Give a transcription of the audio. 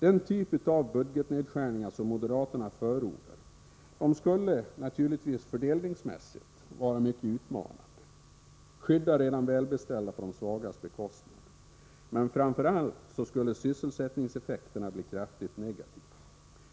Den typ av budgetnedskärningar som moderaterna förordar skulle naturligtvis fördelningsmässigt vara mycket utmanande — skydda redan välbeställda på de svagas bekostnad. Men framför allt skulle sysselsättningseffekterna bli kraftigt negativa.